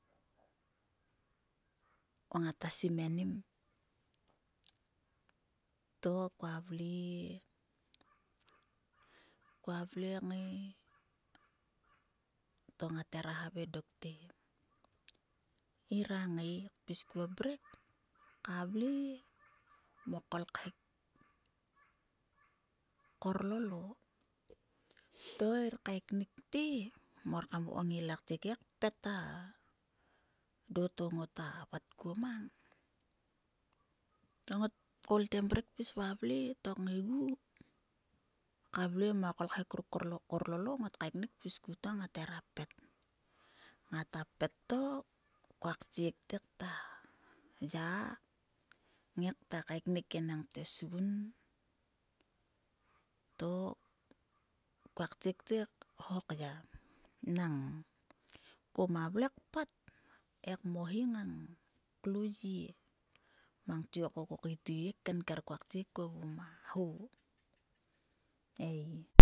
Ngata simenim to kua vle. kua vle ngai to ngat heva havaing dok te ngira ngai kpis kuo mrek ka vle. mo kolkhek korlolo. To ngir kaeknukte mor kam vokom ila ktiek he kpet a do to ngota vat kuo mana. Ta ngot koul ngte mrek kpis vavle mo kolkhek ruk korlolo ngot kaeknik kpis ku to ngat heva pet. Ngata pet to kua ktiek takta ya kngae kaeknik enang tesgun to kua ktiek tngae khok ya nang koma vle kpet he kmohi ngang klo yie mang tiok ko keitgi he kenken kua ktek kuo va ho ei.